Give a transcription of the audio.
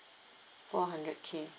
four hundred K